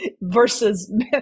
versus